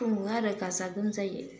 खुङो आरो गाजा गोमजायै